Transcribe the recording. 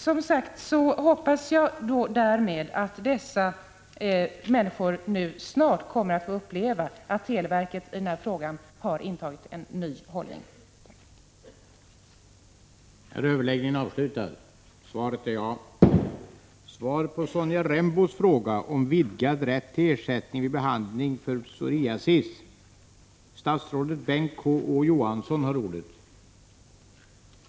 Jag hoppas att dessa människor nu snart kommer att få uppleva att televerket har intagit en ny hållning i den här frågan.